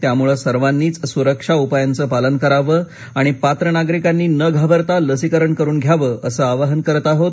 त्यामुळे सर्वांनीच सुरक्षा उपायांचं पालन करावं आणि पात्र नागरिकांनी न घाबरता लसीकरण करून घ्यावं असं आवाहन करत आहोत